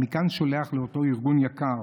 מכאן אני שולח לאותו ארגון יקר,